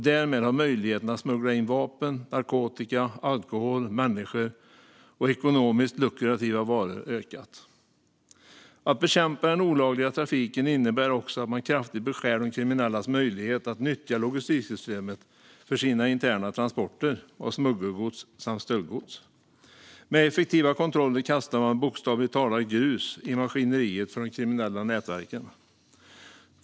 Därmed har möjligheten att smuggla in vapen, narkotika, alkohol, människor och ekonomiskt lukrativa varor ökat. Att bekämpa den olagliga trafiken innebär också att man kraftigt beskär de kriminellas möjlighet att nyttja logistiksystemet för sina interna transporter av smuggelgods samt stöldgods. Med effektiva kontroller kastar man bokstavligt talat grus i maskineriet för de kriminella nätverken.